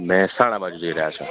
મહેસાણા બાજુ જઈ રહ્યા છો